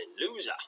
loser